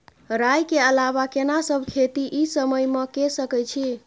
राई के अलावा केना सब खेती इ समय म के सकैछी?